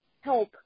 help